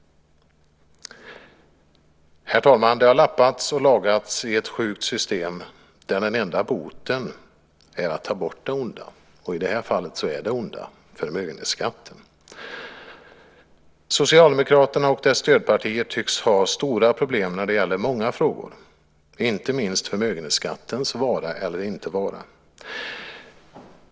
Det har lappats och lagats i ett sjukt system, där den enda boten är att ta bort det onda. Och i det här fallet är det onda förmögenhetsskatten. Socialdemokraterna och deras stödpartier tycks ha stora problem när det gäller många frågor, inte minst förmögenhetsskattens vara eller inte vara.